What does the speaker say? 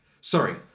sorry